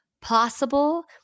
possible